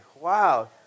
wow